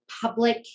public